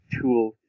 tool